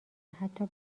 حتی